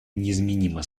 неизменно